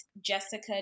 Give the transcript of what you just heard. Jessica